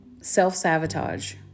self-sabotage